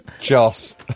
Joss